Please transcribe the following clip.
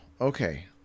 Okay